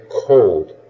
cold